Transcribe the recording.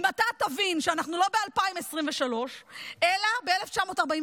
אם אתה תבין שאנחנו לא ב-2023 אלא ב-1948,